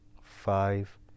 five